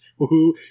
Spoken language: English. Woohoo